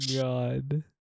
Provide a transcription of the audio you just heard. God